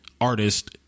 artist